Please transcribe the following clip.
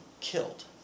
killed